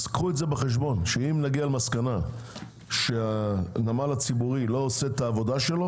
אז קחו בחשבון שאם נגיע למסקנה שהנמל הציבורי לא עושה עבודתו,